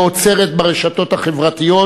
לא עוצרת ברשתות החברתיות,